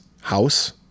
house